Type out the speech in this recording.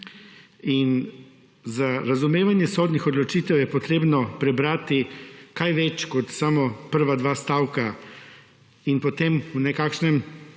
In za razumevanje sodnih odločitev je potrebno prebrati kaj več kot samo prva 2 stavka in potem v nekakšnem,